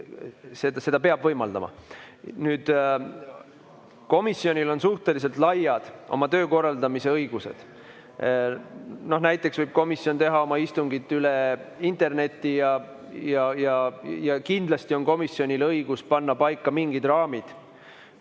seda peab võimaldama. Nüüd, komisjonil on suhteliselt laiad oma töö korraldamise õigused. Näiteks võib komisjon teha oma istungit üle interneti ja kindlasti on komisjonil õigus panna paika mingid raamid